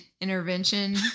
intervention